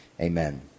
Amen